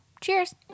Cheers